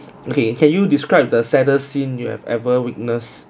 okay can you describe the saddest scene you have ever witness